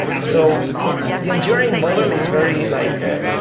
so the enduring model is very like ah